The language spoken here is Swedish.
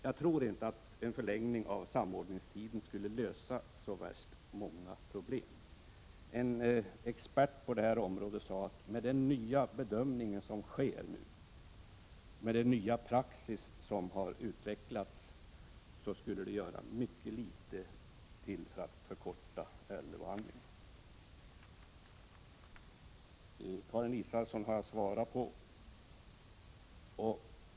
Jag tror inte att en förlängning av samordningstiden skulle lösa så många problem. En expert på detta område sade att med den nya praxis som utvecklats skulle det göra mycket litet för att förkorta ärendebehandlingen. Karin Israelssons inlägg har jag bemött.